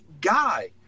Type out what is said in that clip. guy